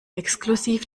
exklusiv